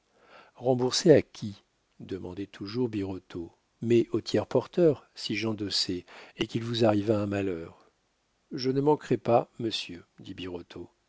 rembourser à qui demandait toujours birotteau mais au tiers porteur si j'endossais et qu'il vous arrivât un malheur je ne manquerai pas monsieur dit